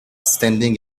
standing